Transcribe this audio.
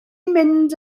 mynd